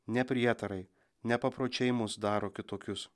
ne prietarai ne papročiai mus daro kitokius